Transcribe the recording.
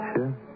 Sure